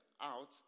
out